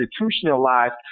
institutionalized